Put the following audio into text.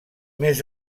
més